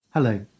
Hello